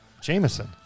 Jameson